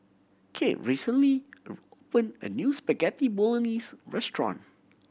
Cade recently opened a new Spaghetti Bolognese restaurant